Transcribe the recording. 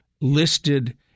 listed